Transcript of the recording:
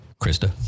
Krista